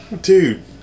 Dude